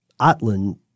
Atlan